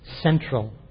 central